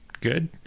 good